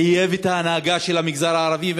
חייבת ההנהגה של המגזר הערבי,